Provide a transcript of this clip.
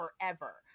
forever